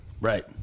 Right